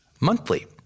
monthly